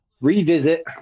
revisit